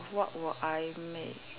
what will I make